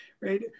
right